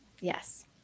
Yes